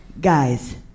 Guys